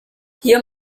hier